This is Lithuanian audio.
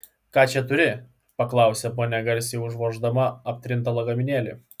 ką čia turi paklausė ponia garsiai užvoždama aptrintą lagaminėlį